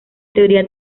teoría